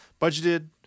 budgeted